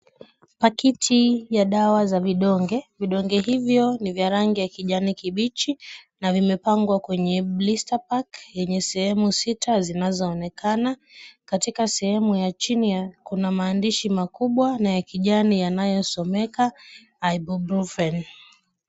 Pakiti ya dawa za vidonge. Vidonge hivyo ni vya rangi ya kijani kibichi na vimepangwa kwenye ] listapack yenye sehemu sita zinazoonekana. Katika sehemu ya chini kuna maandishi makubwa na ya kijani yanayosomeka Ibrufen.